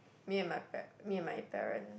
me and my par~ me and my parent